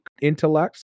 intellects